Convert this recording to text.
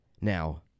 Now